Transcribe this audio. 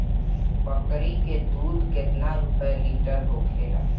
बकड़ी के दूध केतना रुपया लीटर होखेला?